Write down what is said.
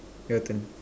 your turn